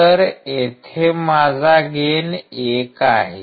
तर येथे माझा गेन 1 आहे